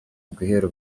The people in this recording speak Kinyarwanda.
guhera